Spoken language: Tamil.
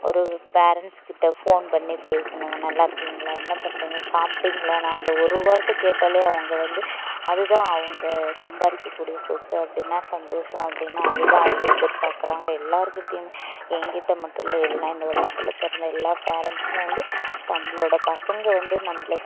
ஒரு பேரண்ட்ஸ்கிட்ட ஃபோன் பண்ணி பேசணும் நல்லா இருக்கீங்களா என்ன பண்ணுறீங்க சாப்பிடீங்களான்னு அந்த ஒரு வார்த்தை கேட்டாலே அவங்க வந்து அது தான் அவங்க சம்பாதிக்கக் கூடிய சொத்து அப்படின்னா சந்தோஷம் அப்படின்னா அது தான் அவங்க எதிர்பாக்கிறாங்க எல்லோருகிட்டயுமே எங்கிட்ட மட்டும் இல்லை எல்லா இந்த உலகத்தில் பிறந்த எல்லா பேரண்ட்ஸும் வந்து தங்களோட பசங்கள் வந்து நம்மள